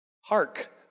Hark